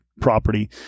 property